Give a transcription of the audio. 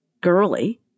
girly